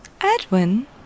Edwin